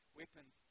weapons